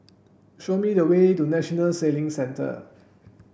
show me the way to National Sailing Centre